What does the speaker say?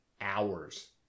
hours